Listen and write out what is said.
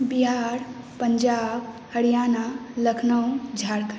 Bihar Punjab Haryana Lucknow Jharkhand